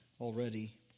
already